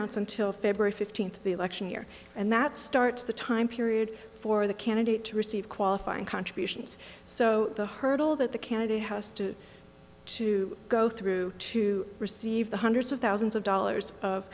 announce until february fifteenth the election year and that starts the time period for the candidate to receive qualifying contributions so the hurdle that the candidate has to to go through to receive the hundreds of thousands of dollars of